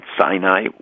Sinai